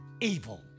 evil